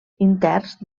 interns